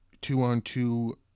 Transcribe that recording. two-on-two